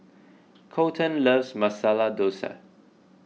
Kolten loves Masala Dosa